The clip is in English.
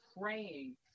praying